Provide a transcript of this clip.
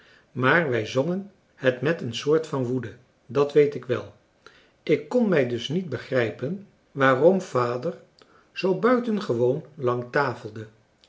maar wij zongen het met een soort van woede dat weet ik wel ik kon mij dus niet begrijpen waarom vader zoo buitengewoon lang tafelde